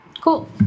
Cool